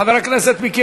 חבר הכנסת מיקי